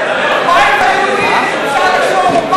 הבית היהודי, אפשר לחשוב.